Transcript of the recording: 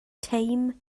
teim